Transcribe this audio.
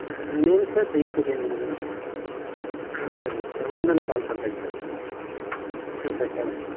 ஆ name sir Jai சூரியங்களா ஆ சரிங்க சார் வந்த உடனே கால் பண்ணுறேங்க sir sir thank you sir